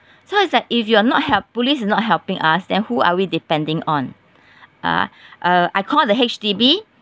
so it's like if you are not help~ police is not helping us then who are we depending on ah uh I call the H_D_B